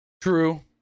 True